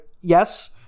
yes